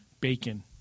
Bacon